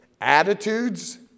attitudes